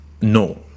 no